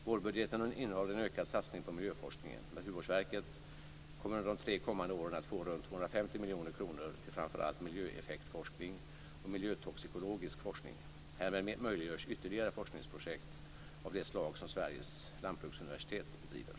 Vårbudgeten innehåller en ökad satsning på miljöforskningen. Naturvårdsverket kommer under de tre kommande åren att få runt 250 miljoner kronor till framför allt miljöeffektforskning och miljötoxikologisk forskning. Härmed möjliggörs ytterligare forskningsprojekt av det slag som Sveriges lantbruksuniversitet bedriver.